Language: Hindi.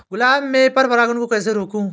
गुलाब में पर परागन को कैसे रोकुं?